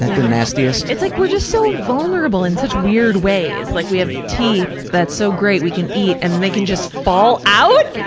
the nastiest? it's like, we're just so vulnerable in such weird ways. like we have teeth, that's so great. we can eat. and they can just fall out!